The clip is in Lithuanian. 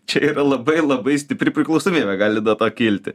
čia yra labai labai stipri priklausomybė gali to kilti